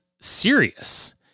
serious